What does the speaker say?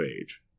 age